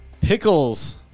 Pickles